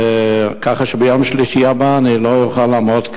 כך שביום שלישי הבא אני לא אוכל לעמוד כאן,